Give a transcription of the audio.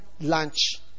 lunch